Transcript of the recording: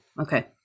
Okay